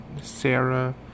Sarah